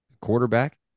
Quarterback